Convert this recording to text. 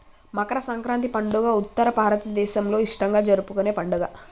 మకర సంక్రాతి పండుగ ఉత్తర భారతదేసంలో ఇష్టంగా జరుపుకునే పండుగ